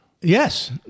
Yes